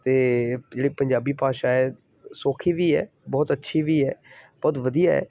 ਅਤੇ ਜਿਹੜੀ ਪੰਜਾਬੀ ਭਾਸ਼ਾ ਹੈ ਸੌਖੀ ਵੀ ਹੈ ਬਹੁਤ ਅੱਛੀ ਵੀ ਹੈ ਬਹੁਤ ਵਧੀਆ ਹੈ